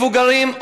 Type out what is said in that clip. מבוגרים,